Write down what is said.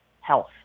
health